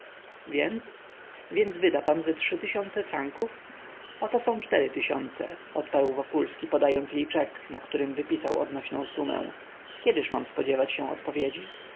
więc więc wyda pan ze trzy tysiące franków oto są cztery tysiące odparł wokulski podając jej czek na którym wypisał odnośną sumę kiedyż mam spodziewać się odpowiedzi